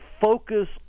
focus